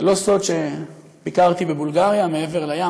זה לא סוד שביקרתי בבולגריה, מעבר לים.